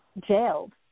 jailed